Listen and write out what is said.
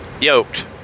yoked